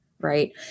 right